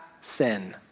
sin